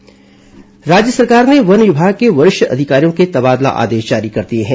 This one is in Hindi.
वन विभाग तबादला राज्य सरकार ने वन विभाग के वरिष्ठ अधिकारियों के तबादला आदेश जारी कर दिए हैं